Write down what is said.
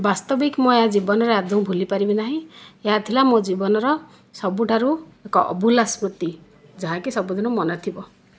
ବାସ୍ତବିକମୟତା ଜୀବନରେ ଆଦୌ ଭୁଲି ପାରିବି ନାହିଁ ଏହା ଥିଲା ମୋ ଜୀବନର ସବୁଠାରୁ ଏକ ଅଭୁଲା ସ୍ମୃତି ଯାହାକି ସବୁ ଦିନ ମନେ ଥିବ